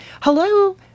hello